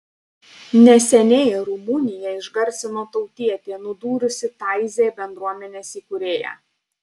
neseniai rumuniją išgarsino tautietė nudūrusi taizė bendruomenės įkūrėją